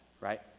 right